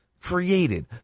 created